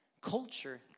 culture